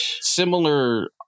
Similar